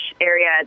area